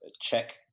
check